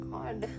God